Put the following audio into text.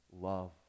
love